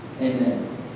amen